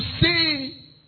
see